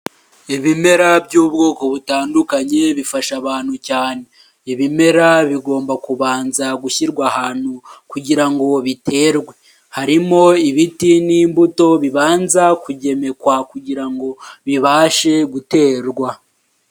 Ibimera by'ubwoko butandukanye bifasha abantu cyane, ibimera bigomba kubanza gushyirwa ahantu kugira ngo biterwe harimo ibiti n'imbuto bibanza kugemekwa kugira ngo bibashe guterwa.